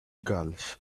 gulls